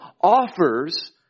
offers